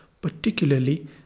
particularly